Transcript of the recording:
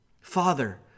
Father